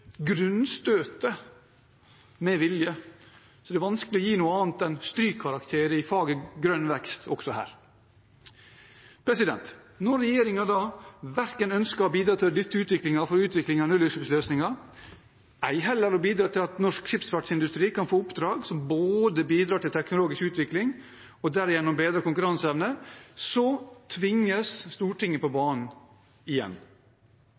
grunnstøte – med vilje. Så det er vanskelig å gi noe annet enn strykkarakter i faget grønn vekst, også her. Når regjeringen da verken ønsker å bidra til å dytte framover utviklingen av nullutslippsløsninger, ei heller å bidra til at norsk skipsfartsindustri kan få oppdrag som bidrar både til teknologisk utvikling og derigjennom bedre konkurranseevne, tvinges Stortinget på banen igjen.